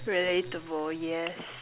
relatable yes